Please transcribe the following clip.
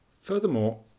Furthermore